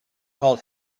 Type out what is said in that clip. called